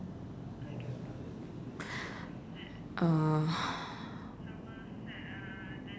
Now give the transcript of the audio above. uh